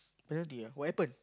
penalty ah what happened